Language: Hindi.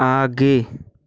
आगे